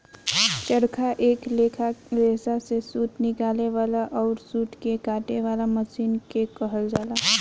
चरखा एक लेखा के रेसा से सूत निकाले वाला अउर सूत के काते वाला मशीन के कहल जाला